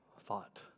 thought